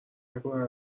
نکنه